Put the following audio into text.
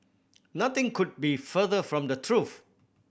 nothing could be further from the truth